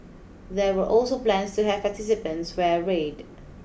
there were also plans to have participants wear red